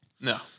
No